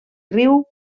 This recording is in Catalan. riu